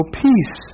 peace